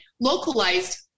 localized